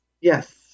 Yes